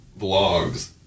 vlogs